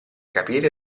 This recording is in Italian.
capire